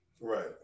Right